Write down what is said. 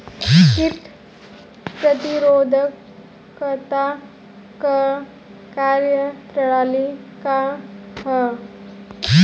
कीट प्रतिरोधकता क कार्य प्रणाली का ह?